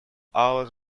hours